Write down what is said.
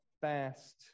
fast